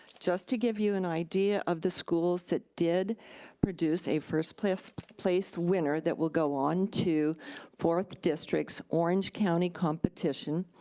just to give you an idea of the schools that did produce a first place place winner that will go on to fourth district's orange county competition,